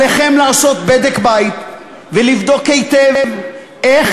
עליכם לעשות בדק-בית ולבדוק היטב איך